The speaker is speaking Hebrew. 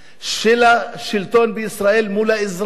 של השלטון בישראל מול האזרח,